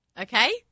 okay